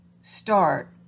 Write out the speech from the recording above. start